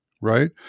right